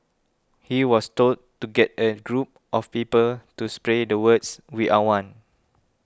he was told to get a group of people to spray the words We are one